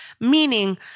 meaning